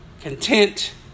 content